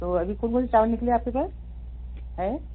तो अभी कौन कौन से चावल निकले आपके पास हैं